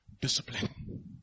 Discipline